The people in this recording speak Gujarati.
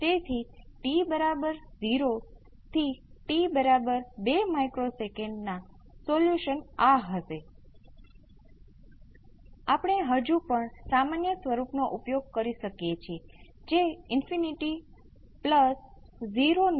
તેથી હું આ એક્સપોનેનશીયલ t R C લઈશ જે આ પદ માટે સામાન્ય છે અને તે પદ બહાર છે